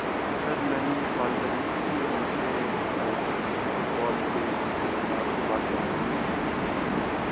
سر میں نے کال کری تھی مجھے کیا کہتے ہیں فٹ بال کے سلسلے میں آپ سے بات کرنی تھی